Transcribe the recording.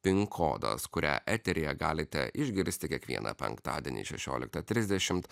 pin kodas kurią eteryje galite išgirsti kiekvieną penktadienį šešioliktą trisdešimt